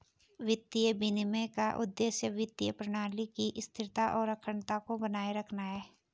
वित्तीय विनियमन का उद्देश्य वित्तीय प्रणाली की स्थिरता और अखंडता को बनाए रखना है